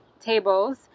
tables